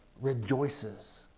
rejoices